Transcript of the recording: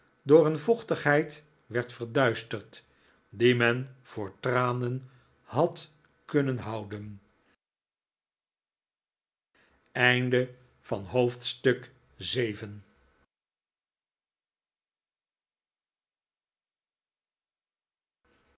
door een vochtigheid werden verduisterd die men voor tranen had kunnen houden hoofdstuk